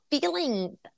feeling